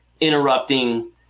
interrupting